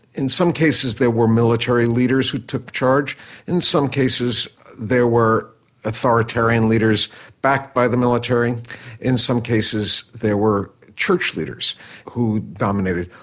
in some cases there were military leaders who took charge in some cases there were authoritarian leaders backed by the military in some cases there were church leaders who dominated.